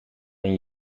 een